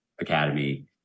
Academy